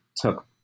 took